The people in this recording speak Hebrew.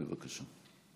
בבקשה.